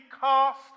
cast